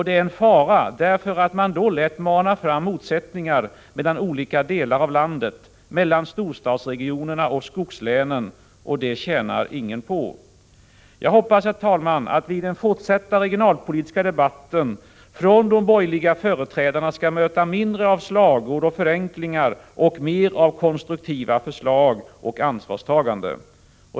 Det är en fara, därför att man då lätt manar fram motsättningar mellan olika delar av landet, mellan storstadsregionerna och skogslänen. Det tjänar ingen på. Jag hoppas, herr talman, att vi i den fortsatta regionalpolitiska debatten från de borgerliga företrädarna skall möta mindre av slagord och förenklingar och mer av konstruktiva förslag och ansvarstagande.